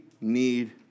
need